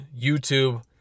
YouTube